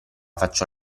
faccio